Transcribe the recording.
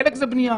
חלק זה בנייה,